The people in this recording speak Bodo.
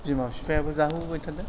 बिमा बिफायाबो जाहोबोबाय थादों